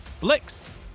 Blix